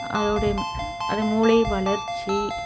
அதோட அது மூளை வளர்ச்சி